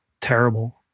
terrible